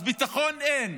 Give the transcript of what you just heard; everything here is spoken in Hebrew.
אז ביטחון, אין,